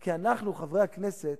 כי אנחנו, חברי הכנסת,